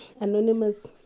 Anonymous